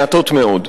מעטות מאוד.